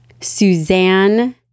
Suzanne